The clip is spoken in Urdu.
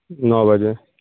نو بجے